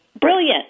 brilliant